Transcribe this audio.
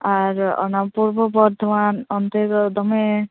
ᱟᱨ ᱚᱱᱟ ᱯᱩᱨᱵᱚᱵᱚᱨᱫᱷᱚᱢᱟᱱ ᱚᱱᱛᱮ ᱫᱚ ᱫᱚᱢᱮ